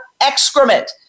excrement